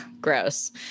gross